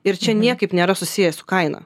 ir čia niekaip nėra susiję su kaina